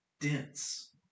dense